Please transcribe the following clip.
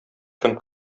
кем